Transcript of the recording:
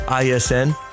ISN